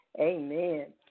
Amen